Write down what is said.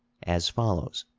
as follows